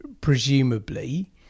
presumably